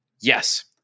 yes